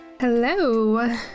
Hello